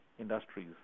industries